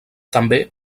també